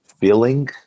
feeling